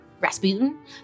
Rasputin